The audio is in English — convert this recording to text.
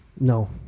No